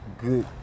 good